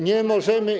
Nie możemy.